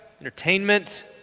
entertainment